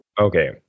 Okay